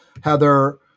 Heather